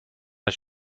است